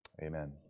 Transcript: amen